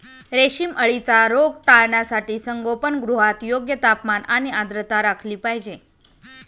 रेशीम अळीचा रोग टाळण्यासाठी संगोपनगृहात योग्य तापमान आणि आर्द्रता राखली पाहिजे